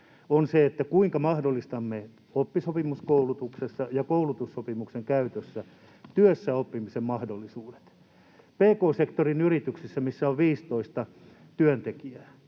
on se, että kuinka mahdollistamme oppisopimuskoulutuksessa ja koulutussopimuksen käytössä työssä oppimisen mahdollisuudet. Pk-sektorin yrityksissä, missä on 15 työntekijää,